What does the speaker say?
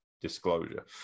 disclosure